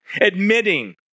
Admitting